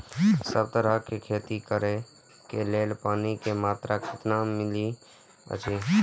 सब तरहक के खेती करे के लेल पानी के मात्रा कितना मिली अछि?